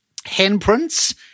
handprints